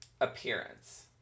appearance